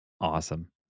Awesome